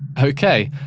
okay,